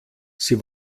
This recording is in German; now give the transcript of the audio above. sie